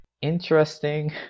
Interesting